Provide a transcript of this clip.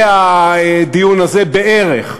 זה הדיון הזה בערך,